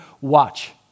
watch